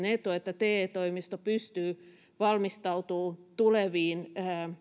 etu että te toimisto pystyy valmistautumaan tuleviin